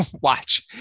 watch